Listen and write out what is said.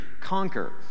conquer